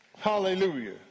Hallelujah